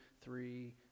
three